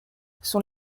sont